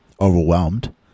overwhelmed